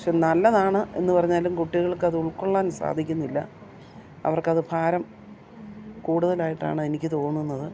പക്ഷേ നല്ലതാണ് എന്നു പറഞ്ഞാലും കുട്ടികൾക്കത് ഉൾക്കൊള്ളാൻ സാധിക്കുന്നില്ല അവർക്കത് ഭാരം കൂടുതലായിട്ടാണ് എനിക്ക് തോന്നുന്നത്